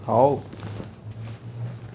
好